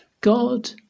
God